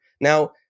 Now